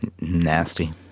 Nasty